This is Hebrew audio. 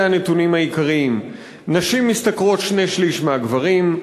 אלה הנתונים העיקריים: נשים משתכרות שני-שלישים מהגברים,